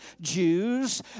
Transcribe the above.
Jews